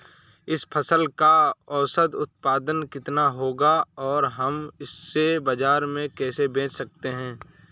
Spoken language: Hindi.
इस फसल का औसत उत्पादन कितना होगा और हम इसे बाजार में कैसे बेच सकते हैं?